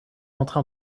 entre